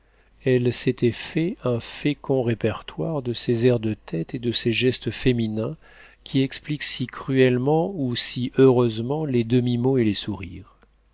elle s'était fait un fécond répertoire de ces airs de tête et de ces gestes féminins qui expliquent si cruellement ou si heureusement les demi-mots et les sourires